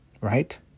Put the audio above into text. right